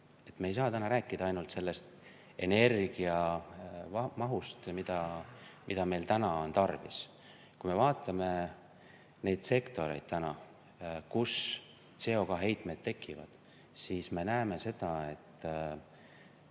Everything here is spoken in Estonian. Me ei saa täna rääkida ainult sellest energiamahust, mida meil täna on tarvis. Kui me vaatame neid sektoreid, kus CO2‑heitmed tekivad, siis me näeme seda, et